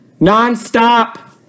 nonstop